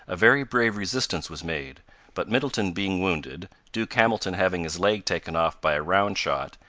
a very brave resistance was made but middleton being wounded, duke hamilton having his leg taken off by a round-shot,